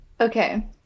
Okay